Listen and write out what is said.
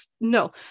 no